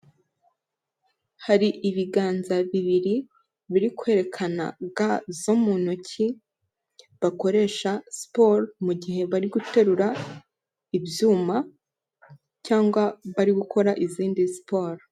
Hari ibiganza bibiri biri kwerekana ga zo mu ntoki, bakoresha siporo mu gihe bari guterura ibyuma cyangwa bari gukora izindi siporo.